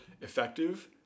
effective